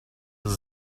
have